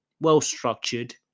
well-structured